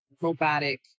robotic